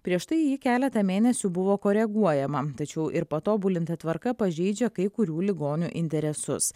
prieš tai ji keletą mėnesių buvo koreguojama tačiau ir patobulinta tvarka pažeidžia kai kurių ligonių interesus